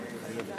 הצעות